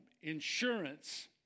insurance